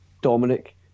Dominic